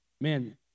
Man